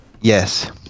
Yes